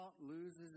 loses